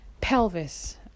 pelvis